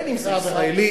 בין שזה ישראלי,